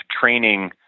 training